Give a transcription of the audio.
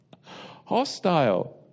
hostile